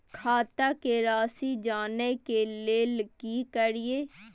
खाता के राशि जानय के लेल की करिए?